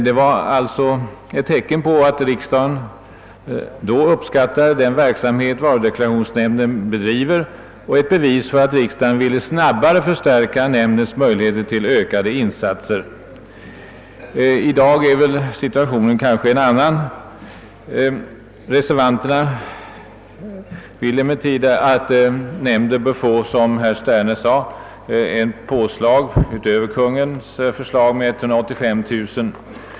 Det var ett tecken på att riksdagen då uppskattade den verksamhet varudeklarationsnämnden bedriver och ett bevis för att riksdagen ville snabbare förstärka nämndens möjligheter till ökade insatser. I dag är situationen tydligen en annan. Reservanterna anser emellertid att nämnden bör få, som herr Sterne sade, ett anslag utöver vad Kungl. Maj:t föreslagit med 185 000 kronor.